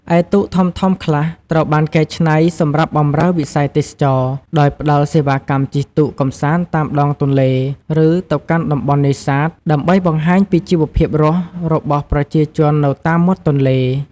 ឯទូកធំៗខ្លះត្រូវបានកែច្នៃសម្រាប់បម្រើវិស័យទេសចរណ៍ ដោយផ្តល់សេវាកម្មជិះទូកកម្សាន្តតាមដងទន្លេ ឬទៅកាន់តំបន់នេសាទ ដើម្បីបង្ហាញពីជីវភាពរស់របស់ប្រជាជននៅតាមមាត់ទន្លេ។